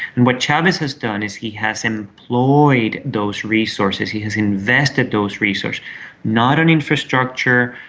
and what chavez has done is he has employed those resources he has invested those resources not in infrastructure,